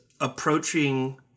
approaching